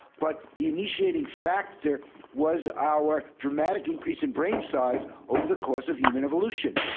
but the initiating factor was our dramatic increase in brain size over the course of human evolution.